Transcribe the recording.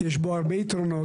יש בו הרבה יתרונות.